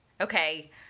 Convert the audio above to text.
okay